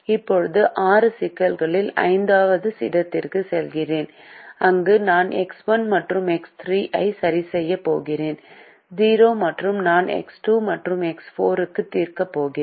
இப்போது ஆறு சிக்கல்களில் ஐந்தாவது இடத்திற்கு செல்கிறேன் அங்கு நான் X1 மற்றும் X3 ஐ சரிசெய்யப் போகிறேன் 0 மற்றும் நான் எக்ஸ் 2 மற்றும் எக்ஸ் 4 க்கு தீர்க்கப் போகிறேன்